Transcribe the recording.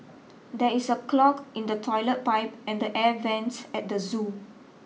there is a clog in the toilet pipe and the air vents at the zoo